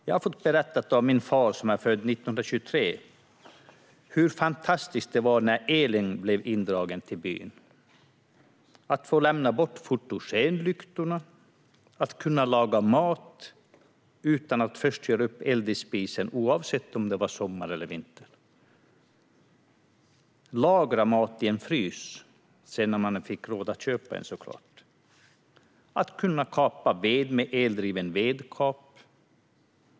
Jag har fått berättat av min far, som är född 1923, hur fantastiskt det var när elen blev indragen i byn - att få lämna bort fotogenlyktorna, att kunna laga mat utan att först göra upp eld i spisen oavsett om det var sommar eller vinter och att lagra mat i en frys, när man så småningom fick råd att köpa en, såklart. Man kunde kapa ved med eldriven vedkap.